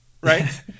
right